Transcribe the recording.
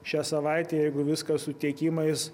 šią savaitę jeigu viskas su tiekimais